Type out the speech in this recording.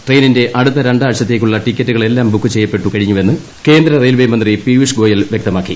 ട്രെയിനിന്റെ അടുത്ത രണ്ടാഴ്ചത്തേയ്ക്കുള്ള ടിക്കറ്റുകളെല്ലാം ബുക്കു ചെയ്യപ്പെട്ടു കഴിഞ്ഞുവെന്ന് കേന്ദ്ര റെയിൽവെ മന്ത്രി പീയുഷ് ഗോയൽ വൃക്തമാക്കി